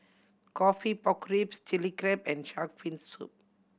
coffee pork ribs Chilli Crab and shark fin soup